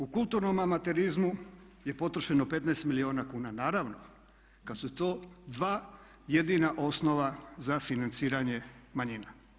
U kulturnom amaterizmu je potrošeno 15 milijuna kuna, naravno kada su to dva jedina osnova za financiranje manjina.